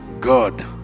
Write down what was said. God